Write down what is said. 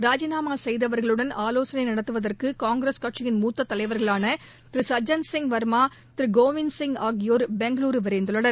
ராஜிநாமா செய்தவர்களுடன் ஆலோசனை நடத்துவதற்கு காங்கிரஸ் கட்சியின் மூத்த தலைவர்களான திரு சஜ்ஜன் சிங் வா்மா திரு கோவிந்த்சிங் ஆகியோர் பெங்கஸரு விரைந்துள்ளனர்